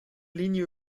linie